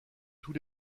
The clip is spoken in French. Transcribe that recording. tous